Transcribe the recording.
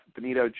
Benito